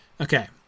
Okay